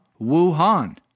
Wuhan